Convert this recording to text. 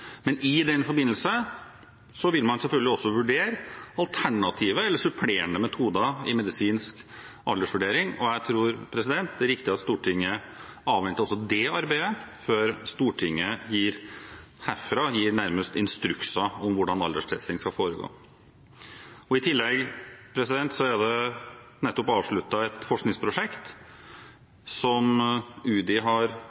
Men i den forbindelse vil man selvfølgelig også vurdere alternative eller supplerende metoder i medisinsk aldersvurdering, og jeg tror det er riktig at Stortinget avventer også det arbeidet før man herfra nærmest gir instrukser om hvordan alderstesting skal foregå. I tillegg er det nettopp avsluttet et forskningsprosjekt som UDI har